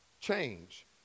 change